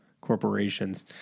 corporations